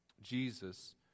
Jesus